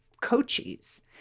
coaches